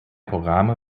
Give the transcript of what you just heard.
programme